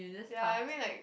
ya I mean like